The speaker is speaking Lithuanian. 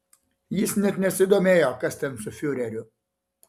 jis net nesidomėjo kas ten su fiureriu